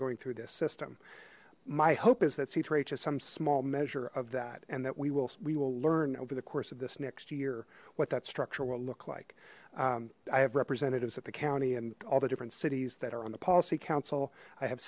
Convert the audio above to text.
going through this system my hope is that ch has some small measure of that and that we will we will learn over the course of this next year what that structure will look like i have representatives at the county and all the different cities that are on the policy council i have